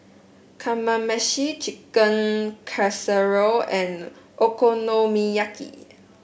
Kmameshi Chicken Casserole and Okonomiyaki